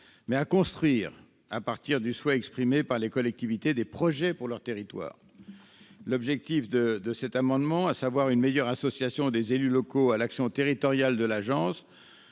mais à construire, à partir du souhait exprimé par les collectivités, des projets pour leurs territoires. L'objet de cet amendement, à savoir une meilleure association des élus locaux à l'action territoriale de l'agence,